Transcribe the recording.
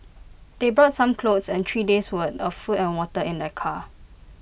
they brought some clothes and three days' worth of food and water in their car